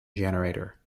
generator